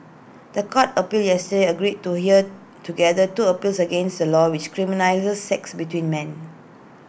The Court appeal yesterday agreed to hear together two appeals against A law which criminalises sex between men